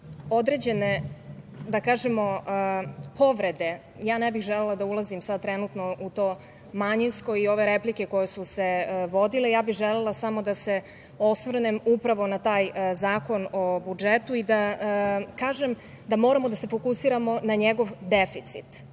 određene, da kažemo, povrede, ne bih želela da ulazim sada trenutno u to manjinsko i ove replike koje su se vodile, ja bih želela samo da se osvrnem upravo na taj Zakon o budžetu i da kažem da moramo da se fokusiramo na njegov deficit.